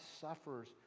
suffers